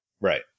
Right